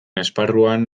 esparruan